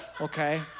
okay